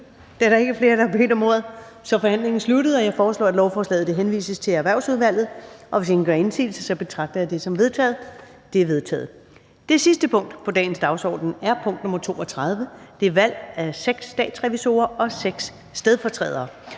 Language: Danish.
Da der ikke er flere, der har bedt om ordet, er forhandlingen sluttet. Jeg foreslår, at lovforslaget henvises til Erhvervsudvalget. Hvis ingen gør indsigelse, betragter jeg det som vedtaget. Det er vedtaget. --- Det sidste punkt på dagsordenen er: 32) Valg af 6 statsrevisorer og 6 stedfortrædere.